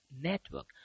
Network